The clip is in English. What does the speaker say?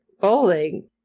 bowling